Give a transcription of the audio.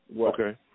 Okay